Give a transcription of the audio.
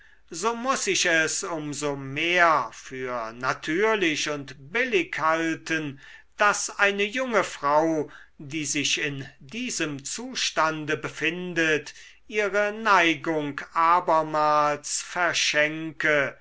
so muß ich es um so mehr für natürlich und billig halten daß eine junge frau die sich in diesem zustande befindet ihre neigung abermals verschenke